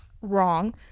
wrong